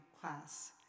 class